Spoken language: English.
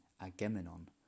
Agamemnon